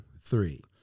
three